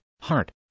heart